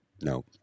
No